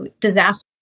disaster